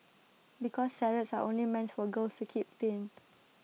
because salads are only meant for girls to keep thin